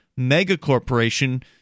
megacorporation